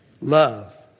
love